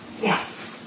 Yes